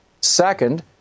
Second